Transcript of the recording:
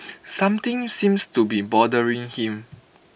something seems to be bothering him